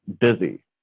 busy